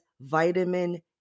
vitamin